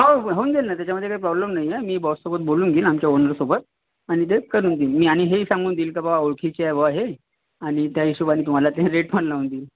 हो हो होऊन जाईल ना त्याच्यामध्ये काही प्रॉब्लेम नाही आहे मी बॉस सोबत बोलून घेईन आमच्या ओनर सोबत आणि ते करून देईन आणि मी हेही सांगून देईन की बुवा ओळखीची आहे बुवा हे आणि त्या हिशेबाने तुम्हाला ते रेट पण लावून देईन